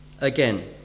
again